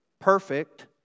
perfect